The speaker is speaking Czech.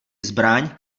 zbraň